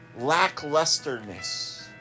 lacklusterness